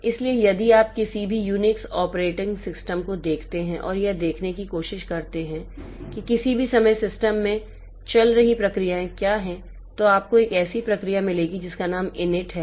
इसलिए यदि आप किसी भी UNIX ऑपरेटिंग सिस्टम को देखते हैं और यह देखने की कोशिश करते हैं कि किसी भी समय सिस्टम में चल रही प्रक्रियाएं क्या हैं तो आपको एक ऐसी प्रक्रिया मिलेगी जिसका नाम init है